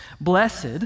blessed